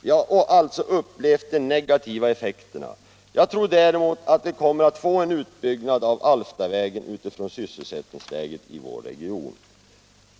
Vi har alltså upplevt de negativa effekterna. Jag tror däremot att vi kommer att få en utbyggnad av Alftavägen utifrån sysselsättningsläget i vår region.